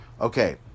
Okay